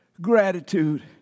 gratitude